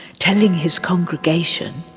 telling his congregation,